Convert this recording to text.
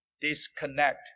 disconnect